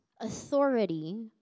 Authority